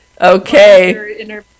Okay